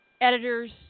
editors